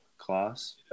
class